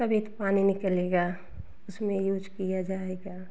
तब एक पानी निकलेगा उसमें यूज किया जाएगा